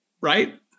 Right